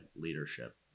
leadership